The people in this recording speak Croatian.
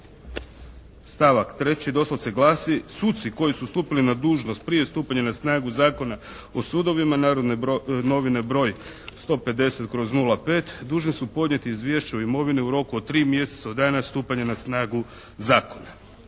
stavak 3. doslovce glasi: «Suci koji su stupili na dužnost prije stupanja na snagu Zakona o sudovima, Narodne novine broj 150/05 dužni su podnijeti izvješće o imovini u roku od 3 mjeseca od dana stupanja na snagu zakona.»